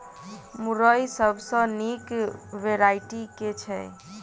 मुरई केँ सबसँ निक वैरायटी केँ छै?